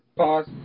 Pause